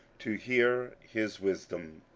to hear his wisdom,